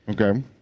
Okay